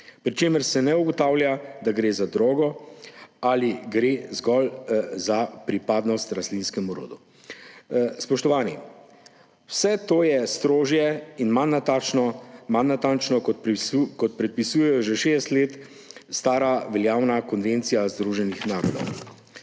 pri čemer se ne ugotavlja, ali gre za drogo ali gre zgolj za pripadnost rastlinskemu rodu. Spoštovani! Vse to je strožje in manj natančno, kot pripisuje že šest let stara veljavna konvencija Združenih narodov.